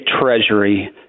treasury